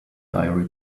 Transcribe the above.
diary